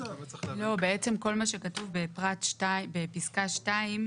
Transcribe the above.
אז באמת צריך --- בעצם כל מה שכתוב בפסקה 2,